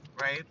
right